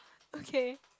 okay